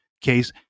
case